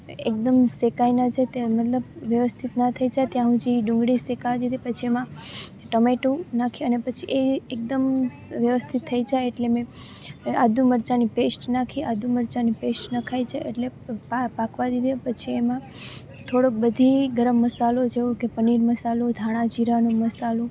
એકદમ શેકાઈ ન જાય તે મતલબ વ્યવસ્થિત ન થઈ જાય ત્યાં સુધી ડુંગળી શેકાવા દીધી પછી એમાં ટામેટું નાખી અને પછી એ એકદમ વ્યવસ્થિત થઈ જાય એટલે મેં આદુ મરચાંની પેશ્ટ નાખી આદુ મરચાંની પેશ્ટ નંખાઈ જાય એટલે પાકવાં દીધી પછી એમાં થોડો બધી ગરમ મસાલો જેવો કે પનીર મસાલો ધાણા જીરાનો મસાલો